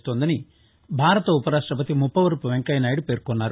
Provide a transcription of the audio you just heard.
చేస్తోందని భారత ఉపరాష్టపతి ముప్పవరపు వెంకయ్యనాయుడు పేర్సొన్నారు